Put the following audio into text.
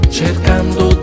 cercando